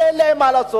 ממילא אין להם מה לעשות,